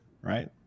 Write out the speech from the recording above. right